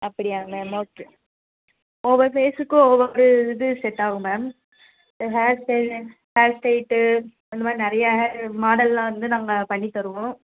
அப்படியா ma'am okay ஒவ்வொரு ஃபேஸ்ஸுக்கும் ஒவ்வொரு இது செட் ஆகும் மேம் உங்கள் hair style and hair straight அந்தமாதிரி நிறைய ஹேர் மாடல்லாம் வந்து நாங்கள் பண்ணி தருவோம்